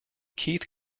keith